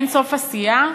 אין-סוף עשייה,